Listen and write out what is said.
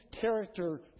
character